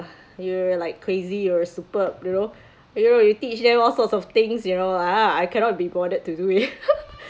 you're like crazy or superb you know you know you teach them all sorts of things you know lah I cannot be bothered to do it